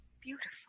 beautiful